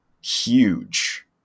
huge